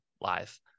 live